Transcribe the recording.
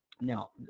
Now